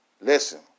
listen